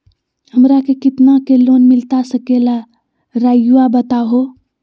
हमरा के कितना के लोन मिलता सके ला रायुआ बताहो?